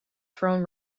throne